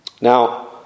Now